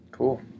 Cool